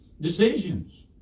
Decisions